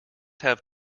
have